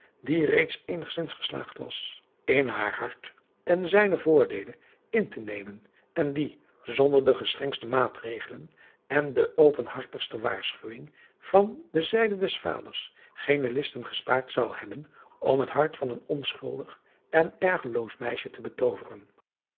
die reeds eenigzins geslaagd was in haar hart ten zijnen voordeele in te nemen en die zonder de gestrengste maatregelen en de openhartigste waarschuwing van de zijde des vaders geene listen gespaard zou hebben om het hart van een onschuldig en ergeloos meisje te betooveren